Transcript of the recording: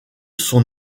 sont